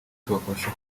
tubafasha